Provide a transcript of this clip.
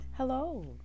Hello